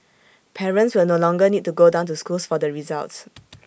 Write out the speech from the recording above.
parents will no longer need to go down to schools for the results